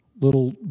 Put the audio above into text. little